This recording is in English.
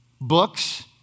Books